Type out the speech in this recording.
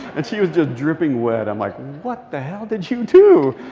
and she was just dripping wet. i'm, like, what the hell did you do?